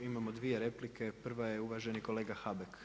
Imamo dvije replike, prva je uvaženi kolega Habek.